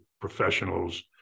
professionals